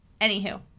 Anywho